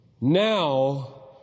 Now